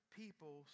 people